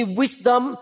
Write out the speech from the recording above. wisdom